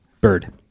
Bird